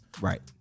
right